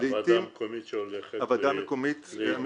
העדה המקומית שהולכת להתבטל?